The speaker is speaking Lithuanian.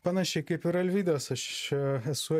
panašiai kaip ir alvydas aš čia esu